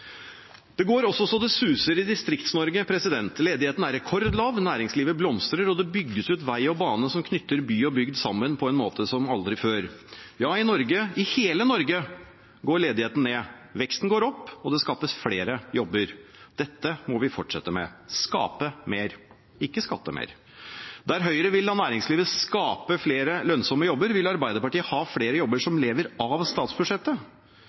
Det går også så det suser i Distrikts-Norge. Ledigheten er rekordlav, næringslivet blomstrer, og det bygges ut vei og bane som knytter by og bygd sammen, som aldri før. Ja, i hele Norge går ledigheten ned. Veksten går opp, og det skapes flere jobber. Dette må vi fortsette med – skape mer, ikke skatte mer. Der Høyre vil la næringslivet skape flere lønnsomme jobber, vil Arbeiderpartiet ha flere jobber som lever av statsbudsjettet.